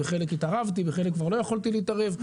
בחלק התערבתי ובחלק כבר לא יכולתי להתערב.